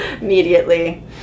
immediately